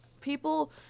people